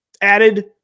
added